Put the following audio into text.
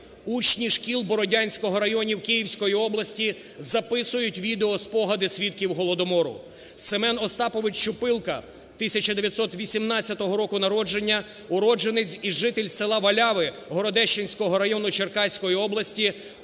Учні шкіл Бородянського району Київської області записуютьвідеоспогади свідків Голодомору. Семен Остапович Чупилка, 1918 року народження, уродженець і житель села Валяви Городищенського району Черкаської області